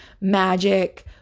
magic